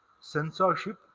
censorship